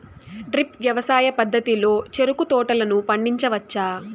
drip వ్యవసాయ పద్ధతిలో చెరుకు తోటలను పండించవచ్చా